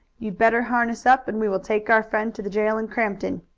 you'd better harness up and we will take our friend to the jail in crampton.